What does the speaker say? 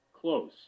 close